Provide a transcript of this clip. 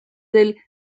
del